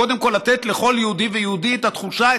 קודם כול לתת לכל יהודי ויהודי את התחושה,